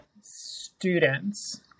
students